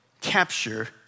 capture